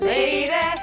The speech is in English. Lady